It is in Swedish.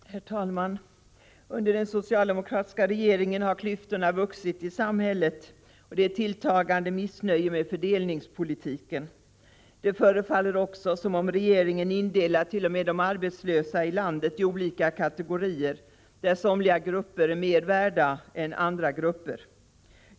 Herr talman! Under den socialdemokratiska regeringen har klyftorna vuxit i samhället. Det är ett tilltagande missnöje med fördelningspolitiken. Det förefaller också som om regeringen indelar t.o.m. de arbetslösa i landet i olika kategorier, där somliga grupper är mer värda än andra grupper.